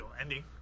ending